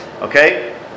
Okay